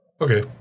Okay